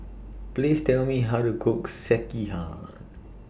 Please Tell Me How to Cook Sekihan